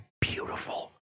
beautiful